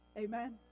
Amen